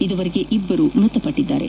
ಈವರೆಗೆ ಇಬ್ಬರು ಮೃತಪಟ್ಟಿದ್ದಾರೆ